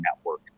network